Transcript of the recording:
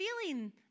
feeling